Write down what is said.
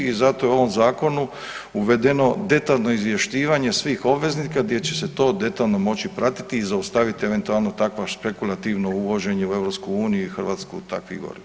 I zato je u ovom zakonu uvedeno detaljno izvješćivanje svih obveznika gdje će se to detaljno moći pratiti i zaustaviti eventualno takvo špekulativno uvođenje u EU i u Hrvatsku takvih goriva.